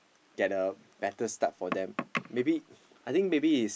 get a better start for them maybe I think maybe it's